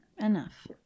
enough